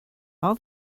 all